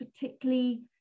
particularly